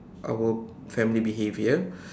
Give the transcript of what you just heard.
our family behavior